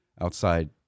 outside